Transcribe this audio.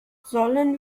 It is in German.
sollen